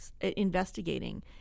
investigating